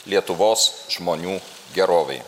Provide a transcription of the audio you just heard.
lietuvos žmonių gerovei